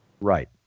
Right